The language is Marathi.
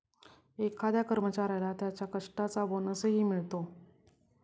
एखाद्या कर्मचाऱ्याला त्याच्या कष्टाचा बोनसही मिळतो